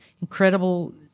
incredible